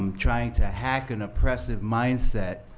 um trying to hack an oppressive mindset,